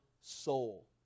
soul